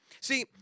See